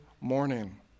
morning